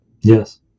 Yes